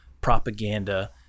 propaganda